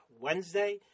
Wednesday